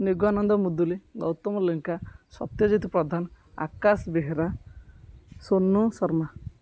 Nigamananda Muduli Gautam Lenka Satyajyoti Pradhan Akash Behera Sonu Sharma